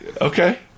okay